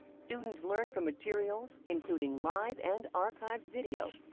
students learn from materials, including live and archived video,